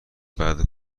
بعده